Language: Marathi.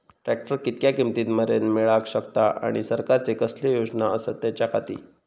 ट्रॅक्टर कितक्या किमती मरेन मेळाक शकता आनी सरकारचे कसले योजना आसत त्याच्याखाती?